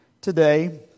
today